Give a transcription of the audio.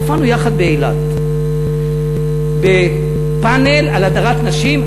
הופענו יחד באילת, בפאנל על הדרת נשים.